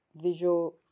visual